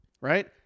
right